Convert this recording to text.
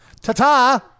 Ta-ta